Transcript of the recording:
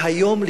והיום,